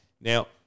Now